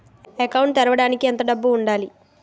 Account తెరవడానికి ఎంత డబ్బు ఉండాలి?